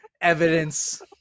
Evidence